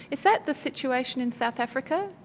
is that the situation in south africa?